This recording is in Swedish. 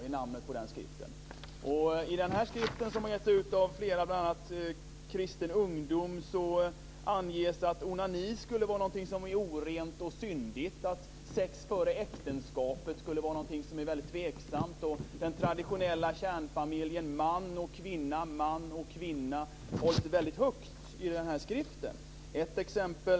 I den här skriften, som har getts ut bl.a. av kristen ungdom, anges att onani är någonting som är orent och syndigt och att sex före äktenskapet är någonting som är väldigt tveksamt. Den traditionella kärnfamiljen, man och kvinna, hålls väldigt högt i den här skriften.